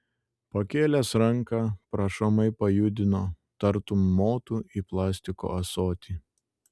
pakėlęs ranką prašomai pajudino tartum motų į plastiko ąsotį